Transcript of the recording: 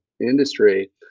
industry